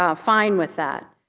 ah fine with that.